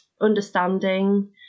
understanding